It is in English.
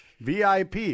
VIP